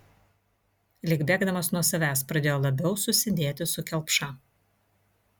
lyg bėgdamas nuo savęs pradėjo labiau susidėti su kelpša